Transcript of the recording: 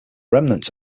remnants